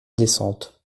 descente